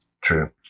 True